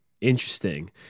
interesting